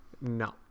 No